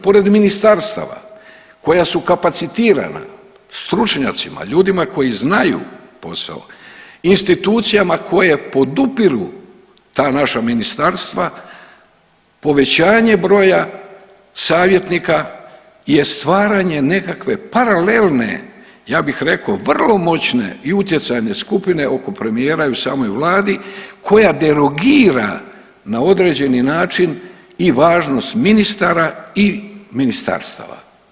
Pored ministarstava koja su kapacitirana stručnjacima, ljudima koji znaju posao, institucijama koje podupiru ta naša ministarstva povećanje broja savjetnika je stvaranje nekakve paralelne ja bih rekao vrlo moćne i utjecajne skupine oko premijera i u samoj vladi koja derogira na određeni način i važnost ministara i ministarstva.